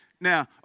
Now